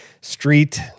Street